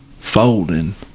folding